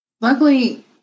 luckily